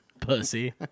Pussy